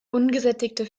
ungesättigte